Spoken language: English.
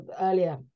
earlier